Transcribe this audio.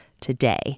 today